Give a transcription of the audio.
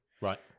Right